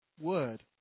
Word